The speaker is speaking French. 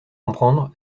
comprendre